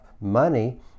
money